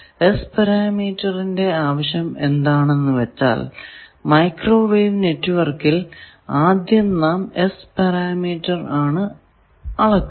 S പരാമീറ്ററിന്റെ ആവശ്യം എന്താണെന്നു വച്ചാൽ മൈക്രോവേവ് നെറ്റ്വർക്കിൽ ആദ്യം നാം S പാരാമീറ്റർ ആണ് ആദ്യം അളക്കുക